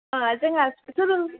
अ जोंहा सरल